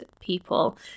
people